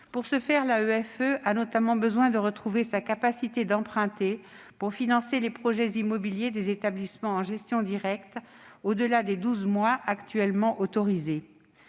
donner suite, l'AEFE a notamment besoin de retrouver sa capacité d'emprunt, afin de financer les projets immobiliers des établissements en gestion directe, au-delà des douze mois actuellement autorisés.